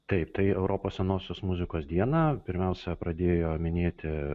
taip tai europos senosios muzikos dieną pirmiausia pradėjo minėti